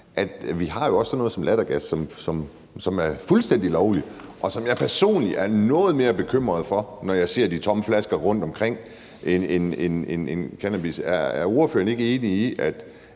vi har sådan noget som lattergas, som er fuldstændig lovligt, og som jeg personligt er noget mere bekymret for end cannabis, når jeg ser de tomme flasker rundtomkring. Er ordføreren ikke enig i,